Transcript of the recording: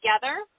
together